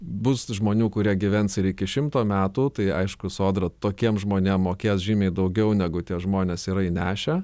bus žmonių kurie gyvens ir iki šimto metų tai aišku sodra tokiem žmonėm mokės žymiai daugiau negu tie žmonės yra įnešę